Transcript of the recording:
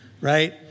right